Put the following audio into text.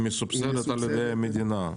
מסובסדת על ידי המדינה.